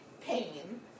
pain